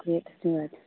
ठीक ठीक